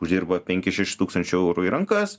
uždirba penkis šešis tūkstančius eurų į rankas